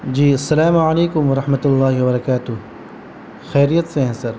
جی السلام علیکم و رحمۃ اللہ و برکاتہ خریت سے ہیں سر